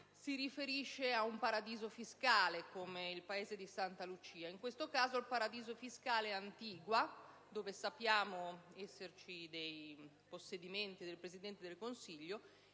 si riferisce a un paradiso fiscale, come Santa Lucia. In questo caso il paradiso fiscale è Antigua, dove sappiamo esserci alcuni possedimenti del Presidente del Consiglio,